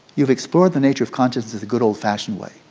you've explored the nature of consciousness the good old-fashioned way.